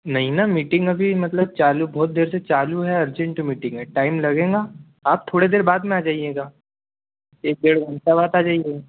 नही ना मीटिंग अभी मतलब चालू बहुत देर से चालू है अर्जेंट मीटिंग है टाइम लगेगा आप थोड़े देर बाद आ जाइएगा एक डेढ़ घंटे बाद आ जाइए